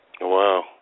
Wow